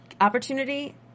opportunity